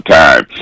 time